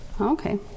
Okay